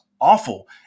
awful